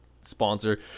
sponsor